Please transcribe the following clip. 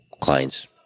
clients